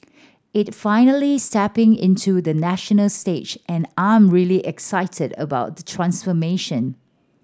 it finally stepping into the national stage and I'm really excited about the transformation